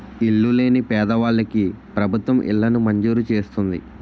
ఇల్లు లేని పేదవాళ్ళకి ప్రభుత్వం ఇళ్లను మంజూరు చేస్తుంది